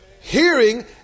Hearing